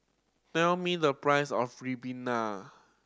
tell me the price of ribena